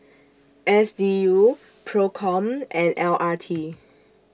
S D U PROCOM and L R T